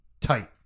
tight